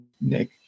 nick